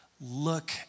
look